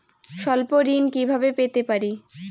স্বল্প ঋণ কিভাবে পেতে পারি?